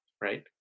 right